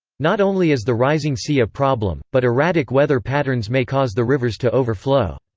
not only is the rising sea a problem, but erratic weather patterns may cause the rivers to overflow.